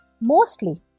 Mostly